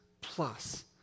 plus